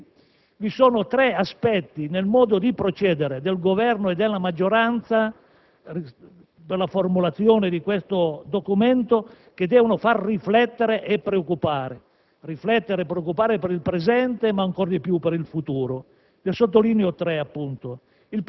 ma questo ha dimostrato che, al di là del gioco delle parti, anche la maggioranza era insoddisfatta e solo alcune di queste osservazioni sono poi state accolte nel testo definitivo del maxiemendamento. Ma, al di là dei provvedimenti,